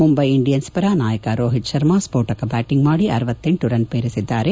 Mumbai Indians ಪರ ನಾಯಕ ರೋಹಿತ್ ಕರ್ಮಾ ಸ್ನೋಟಕ ಬ್ಲಾಟಂಗ್ ಮಾಡಿ ರನ್ ಪೇರಿಸಿದ್ದಾರೆ